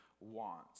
wants